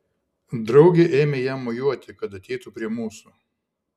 draugė ėmė jam mojuoti kad ateitų prie mūsų